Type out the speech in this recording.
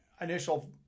initial